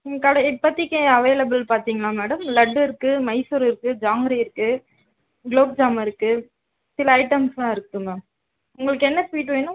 ம் கடை இப்போதிக்கி அவைலபிள் பார்த்தீங்கன்னா மேடம் லட்டு இருக்குது மைசூர் இருக்குது ஜாங்கிரி இருக்குது குலாப்ஜாமுன் இருக்குது சில ஐட்டம்ஸெலாம் இருக்குது மேம் உங்களுக்கு என்ன ஸ்வீட் வேணும்